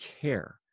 care